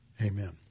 Amen